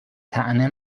طعنه